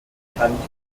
kein